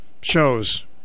shows